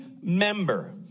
member